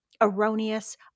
erroneous